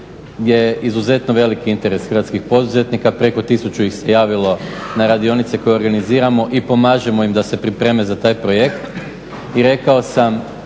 hrvatskih poduzetnika,